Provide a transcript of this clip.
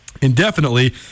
indefinitely